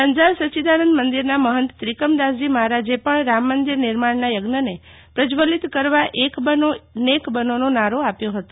અંજાર સચ્ચિદાનંદ મંદિરના મહંત ત્રિકમદાસજી મહારાજે પણ રામમંદિર નિર્માણના યજ્ઞને પ્રશ્વલિત કરવા એક બનો નેક બનોનો નારો આપ્યો ફતો